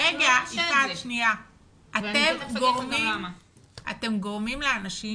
אתם גורמים לאנשים